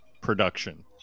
production